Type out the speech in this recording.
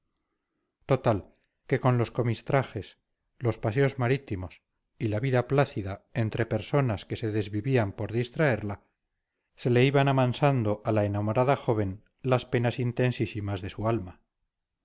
total que con los comistrajes los paseos marítimos y la vida plácida entre personas que se desvivían por distraerla se le iban amansando a la enamorada joven las penas intensísimas de su alma